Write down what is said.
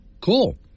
cool